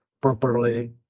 properly